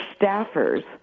staffers